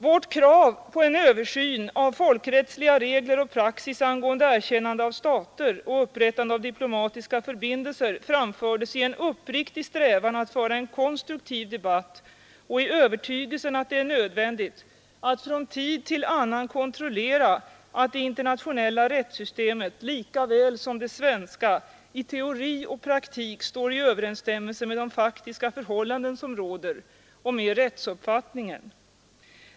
Vårt krav på en översyn av folkrättsliga regler och praxis angående erkännande av stater och upprättande av diplomatiska förbindelser framfördes i en uppriktig strävan att föra en konstruktiv debatt och i övertygelsen att det är nödvändigt att från tid till annan kontrollera att det internationella rättssystemet, likaväl som det svenska, i teori och praktik står i överensstämmelse med de faktiska förhållanden som råder och med rättsuppfattningen.